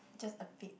just a bit